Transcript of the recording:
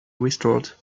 restored